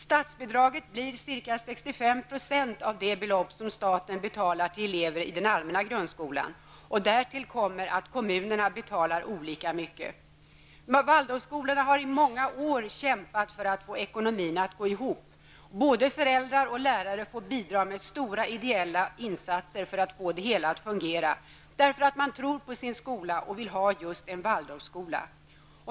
Statsbidraget blir ca 65 % av det belopp som staten betalar till elever i den allmänna grundskolan. Därtill kommer att kommunerna betalar olika mycket. Waldorfskolorna har i många år kämpat för att få ekonomin att gå ihop. Både föräldrar och lärare får bidra med stora ideella insatser för att få det hela att fungera, men man gör det därför att man tror på sin skola och vill ha just en Waldorfskola.